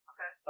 Okay